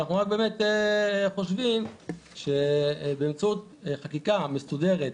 ואנחנו חושבים שבאמצעות חקיקה מסודרת,